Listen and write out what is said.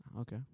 Okay